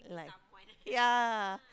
like yeah